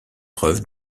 preuve